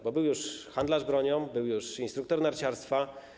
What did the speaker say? Bo był już handlarz bronią, był już instruktor narciarstwa.